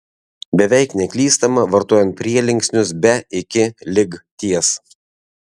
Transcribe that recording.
beveik neklystama vartojant prielinksnius be iki lig ties